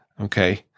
Okay